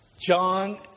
John